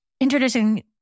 introducing